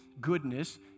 goodness